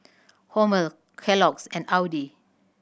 Hormel Kellogg's and Audi